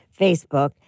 Facebook